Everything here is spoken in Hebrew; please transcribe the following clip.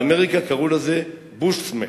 באמריקה קראו לזה "Bush's Map".